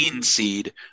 seed